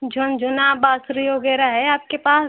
झुनझुना बाँसुरी वगैरह है आपके पास